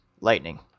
Lightning